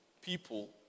people